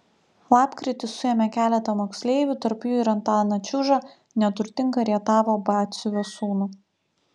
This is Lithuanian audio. lapkritį suėmė keletą moksleivių tarp jų ir antaną čiužą neturtingą rietavo batsiuvio sūnų